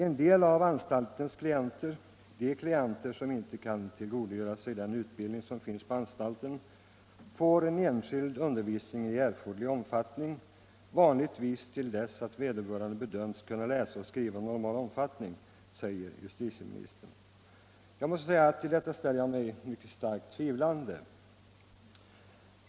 En del av anstalternas klienter, de som inte kan tillgodogöra sig den utbildning som finns på anstalten, får enskild undervisning i erforderlig omfattning, vanligtvis till dess att vederbörande bedömts kunna läsa och skriva i normal omfattning, säger justitieministern. Till detta ställer jag mig starkt tvivlande.